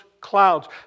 clouds